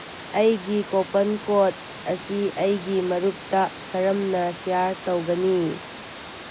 ꯑꯩꯒꯤ coupon code ꯑꯁꯤ ꯑꯩꯒꯤ ꯃꯔꯨꯞꯇ ꯀꯔꯝꯅ ꯁꯤꯌꯥꯔ ꯇꯧꯒꯅꯤ